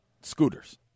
Scooters